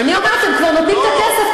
אני אומרת: אתם כבר נותנים את הכסף,